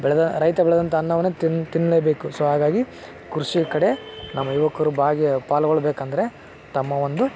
ಬೆಳೆದ ರೈತ ಬೆಳೆದಂತ ಅನ್ನವನ್ನು ತಿನ್ನ ತಿನ್ನಲೆಬೇಕು ಸೊ ಹಾಗಾಗಿ ಕೃಷಿಯ ಕಡೆ ನಮ್ಮ ಯುವಕರು ಬಾಗಿ ಪಾಲ್ಗೊಳ್ಳಬೇಕಂದ್ರೆ ತಮ್ಮ ಒಂದು